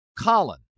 Colin